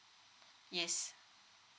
yes